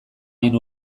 hain